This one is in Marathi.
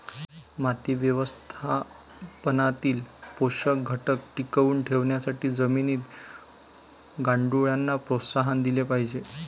माती व्यवस्थापनातील पोषक घटक टिकवून ठेवण्यासाठी जमिनीत गांडुळांना प्रोत्साहन दिले पाहिजे